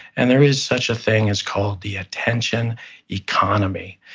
and there is such a thing as called the attention economy.